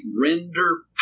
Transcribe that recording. render